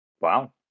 Wow